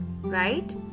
right